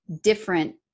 different